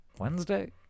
Wednesday